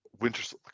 Winter